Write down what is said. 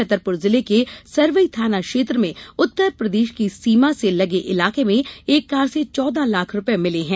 छतरपुर जिले के सरवई थाना क्षेत्र में उत्तरप्रदेश की सीमा से लगे इलाके में एक कार से चौदह लाख रूपए मिले हैं